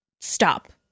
stop